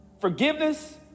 forgiveness